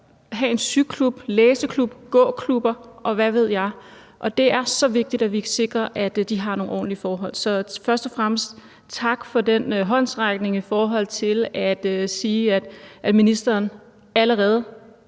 have en syklub, læseklub, gåklub, og hvad ved jeg. Og det er så vigtigt, at vi sikrer, at de har nogle ordentlige forhold. Så først og fremmest tak for den håndsrækning i forhold til at sige, at ministeren allerede